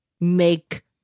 make